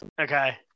Okay